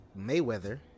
Mayweather